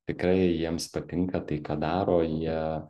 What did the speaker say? tikrai jiems patinka tai ką daro jie